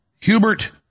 Hubert